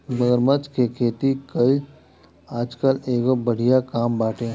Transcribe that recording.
मगरमच्छ के खेती कईल आजकल एगो बढ़िया काम बाटे